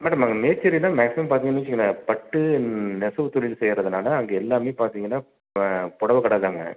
madam அங்கே மேச்சேரி தான் maximum பார்த்தீங்கன்னு வச்சுக்கோங்களேன் பட்டு நெசவு தொழில் செய்கிறதுனால அங்கே எல்லாமே பார்த்தீங்கன்னா புடவ கடைதாங்க